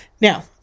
Now